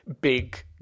big